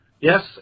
Yes